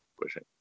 pushing